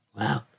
Wow